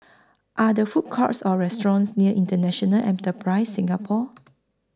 Are There Food Courts Or restaurants near International Enterprise Singapore